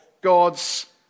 God's